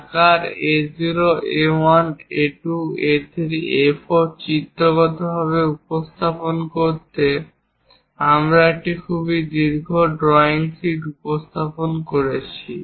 আকার A0 A1 A2 A3 A4 চিত্রগতভাবে উপস্থাপন করতে আমরা একটি খুব দীর্ঘ ড্রয়িং শীট উপস্থাপন করেছি